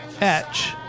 etch